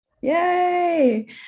Yay